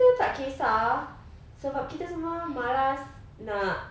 kita tak kesah sebab kita malas nak